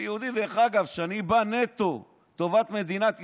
אני יהודי, דרך אגב, שבא נטו לטובת מדינת ישראל.